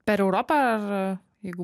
per europą ar jeigu